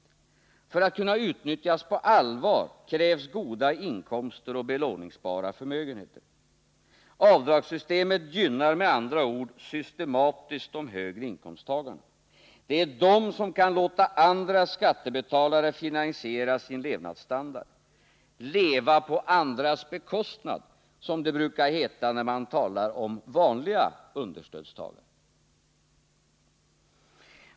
För att de skall kunna utnyttjas på allvar krävs goda inkomster och belåningsbara förmögenheter. Avdragssystemet gynnar med andra ord systematiskt de högre inkomsttagarna. Det är de som kan låta andra skattebetalare finansiera sin levnadsstandard — ”leva på andras bekostnad”, som det brukar heta när man talar om vanliga understödstagare.